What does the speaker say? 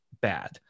bad